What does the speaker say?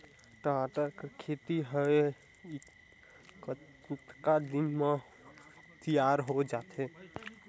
टमाटर कर खेती हवे कतका दिन म तियार हो जाथे?